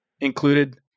included